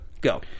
go